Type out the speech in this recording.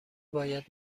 باید